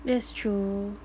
that's true